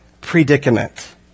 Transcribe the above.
predicament